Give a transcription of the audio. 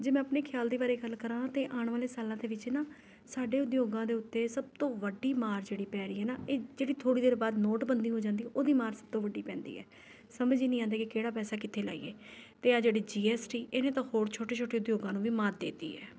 ਜੇ ਮੈਂ ਆਪਣੇ ਖ਼ਿਆਲ ਦੇ ਬਾਰੇ ਗੱਲ ਕਰਾਂ ਤਾਂ ਆਉਣ ਵਾਲੇ ਸਾਲਾਂ ਦੇ ਵਿੱਚ ਨਾ ਸਾਡੇ ਉਦਯੋਗਾਂ ਦੇ ਉੱਤੇ ਸਭ ਤੋਂ ਵੱਡੀ ਮਾਰ ਜਿਹੜੀ ਪੈ ਰਹੀ ਹੈ ਨਾ ਇਹ ਜਿਹੜੀ ਥੋੜ੍ਹੀ ਦੇਰ ਬਾਅਦ ਜਿਹੜੀ ਨੋਟਬੰਦੀ ਹੋ ਜਾਂਦੀ ਹੈ ਉਹਦੀ ਮਾਰ ਸਭ ਤੋਂ ਵੱਡੀ ਪੈਂਦੀ ਹੈ ਸਮਝ ਹੀ ਨਹੀਂ ਆਉਂਦੀ ਕਿ ਕਿਹੜਾ ਪੈਸਾ ਕਿੱਥੇ ਲਾਈਏ ਅਤੇ ਆਹ ਜਿਹੜੀ ਜੀ ਐਸ ਟੀ ਇਹਨੇ ਤਾਂ ਹੋਰ ਛੋਟੇ ਛੋਟੇ ਉਦਯੋਗਾਂ ਨੂੰ ਵੀ ਮਾਤ ਦੇ 'ਤੀ ਹੈ